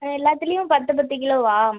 ஆ எல்லாத்துலையும் பத்து பத்து கிலோவாக